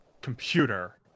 computer